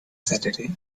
saturday